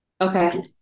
Okay